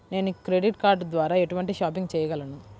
నేను credit card ద్వార ఎటువంటి షాపింగ్ చెయ్యగలను?